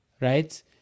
right